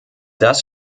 das